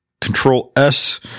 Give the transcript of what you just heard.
Control-S